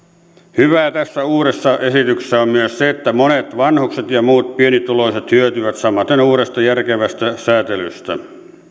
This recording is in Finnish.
hyvää tässä uudessa esityksessä on myös se että monet vanhukset ja muut pienituloiset hyötyvät samaten uudesta järkevästä säätelystä